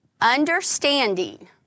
understanding